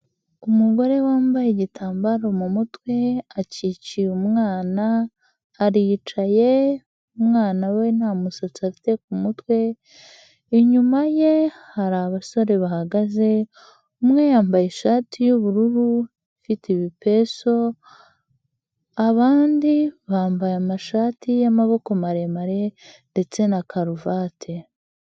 Umugore wambaye igitambaro mu mutwe, akikiye umwana, aricaye umwana we nta musatsi afite ku mutwe, inyuma ye hari abasore bahagaze, umwe yambaye ishati y'ubururu ifite ibipesu, abandi bambaye amashati y'amaboko maremare ndetse na karuvati.